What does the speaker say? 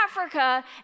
Africa